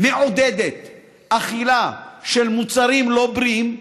מעודדת אכילה של מוצרים לא בריאים,